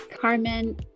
Carmen